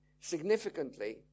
Significantly